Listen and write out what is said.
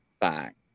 fact